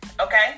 Okay